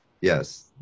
yes